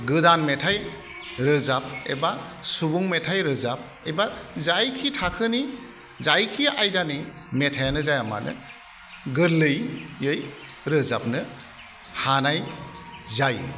गोदान मेथाइ रोजाब एबा सुबुं मेथाइ रोजाब एबा जायखि थाखोनि जायखि आयदानि मेथायानो जाया मानो गोरलैयै रोजाबनो हानाय जायो